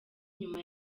nyuma